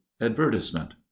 Advertisement